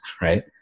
right